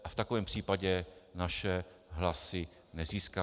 A v takovém případě naše hlasy nezískáte.